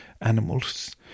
animals